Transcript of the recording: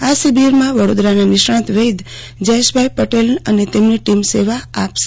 આ શિબીરમાં વડોદરાના નિષ્ણાત વૈધ જયેશભાઇ પટેલ અને તેમની ટીમ સેવા આપશે